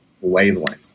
wavelength